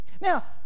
Now